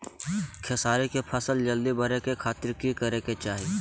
खेसारी के फसल जल्दी बड़े के खातिर की करे के चाही?